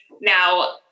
Now